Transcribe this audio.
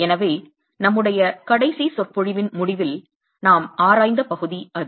எனவே நம்முடைய கடைசி சொற்பொழிவின் முடிவில் நாம் ஆராய்ந்த பகுதி அது